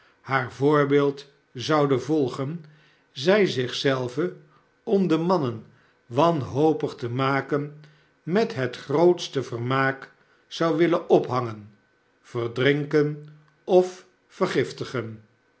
haar voorbeeld zouden volgen zij zich zelve om de mannen wanhopig te maken met het grootste vermaak zou willen ophangen verdrinken of vergiftigen